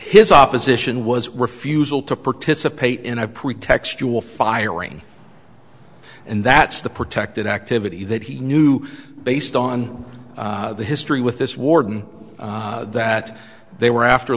his opposition was refusal to participate in a pretextual firing and that's the protected activity that he knew based on the history with this warden that they were after